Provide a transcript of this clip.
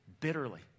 bitterly